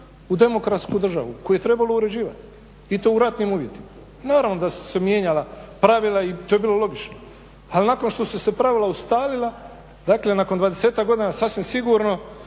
u demokratsku državu koju je trebalo uređivati i to u ratnim uvjetima. Naravno da su se mijenjala prava i to je bilo logično. Ali nakon što su se pravila ustalila, dakle nakon 20-ak godina sasvim sigurno